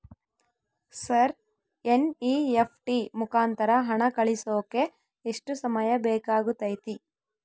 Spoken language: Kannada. ಸರ್ ಎನ್.ಇ.ಎಫ್.ಟಿ ಮುಖಾಂತರ ಹಣ ಕಳಿಸೋಕೆ ಎಷ್ಟು ಸಮಯ ಬೇಕಾಗುತೈತಿ?